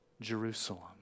Jerusalem